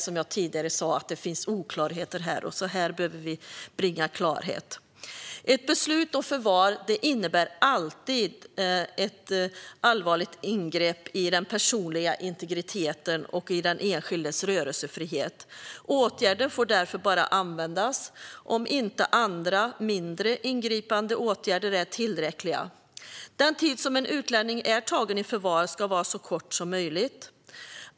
Som jag tidigare sa finns det oklarheter, så här behöver vi bringa klarhet. Ett beslut om förvar innebär alltid ett allvarligt ingrepp i den personliga integriteten och i den enskildes rörelsefrihet. Åtgärden får därför bara användas om inte andra, mindre ingripande, åtgärder är tillräckliga. Den tid som en utlänning är tagen i förvar ska vara så kort som möjligt.